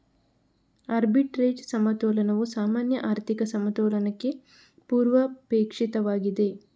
arbitrage ಸಮತೋಲನವು ಸಾಮಾನ್ಯ ಆರ್ಥಿಕ ಸಮತೋಲನಕ್ಕೆ ಪೂರ್ವಾಪೇಕ್ಷಿತವಾಗಿದೆ